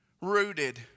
rooted